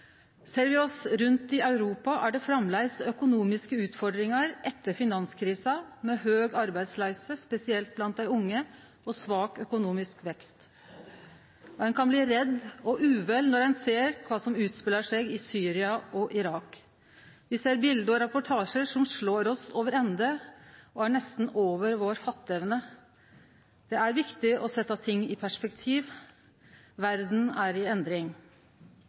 Ser me oss rundt i Europa, er det framleis økonomiske utfordringar etter finanskrisa med høg arbeidsløyse, spesielt blant dei unge, og svak økonomisk vekst. Ein kan bli redd og uvel når ein ser kva som går føre seg i Syria og Irak. Me ser bilde og reportasjar som slår oss over ende og er nesten over vår fatteevne. Det er viktig å setje ting i perspektiv. Verda er i endring.